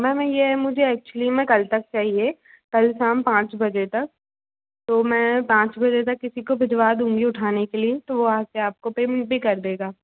ma'am मैं ये मुझे एक्चूली में कल तक चाहिए कल शाम पाँच बजे तक तो मैं पाँच बजे तक किसी को भिजवा दूँगी उठाने के लिए तो वो आ कर आपको पेमेंट भी कर देगा